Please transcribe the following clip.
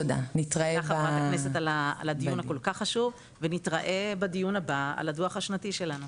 תודה ח"כ על הדיון הכל כך חשוב ונתראה בדיון הבא על הדו"ח השנתי שלנו.